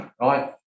right